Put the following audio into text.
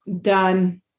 done